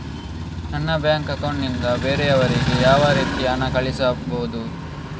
ನನ್ನ bank account ನಿಂದ ಬೇರೆಯವರಿಗೆ ಯಾವ ರೀತಿ ಹಣ ಕಳಿಸಬಹುದು?